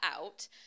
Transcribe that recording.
out